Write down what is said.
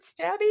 stabby